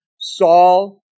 Saul